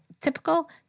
typical